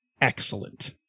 excellent